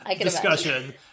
discussion